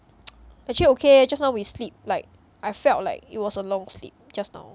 actually okay leh just now we sleep like I felt like it was a long sleep just now